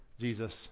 Jesus